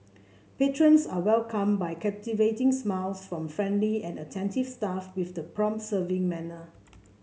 patrons are welcomed by captivating smiles from friendly and attentive staff with the prompt serving manner